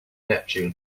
neptune